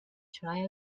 try